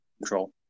Control